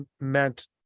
meant